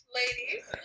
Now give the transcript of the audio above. Ladies